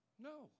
No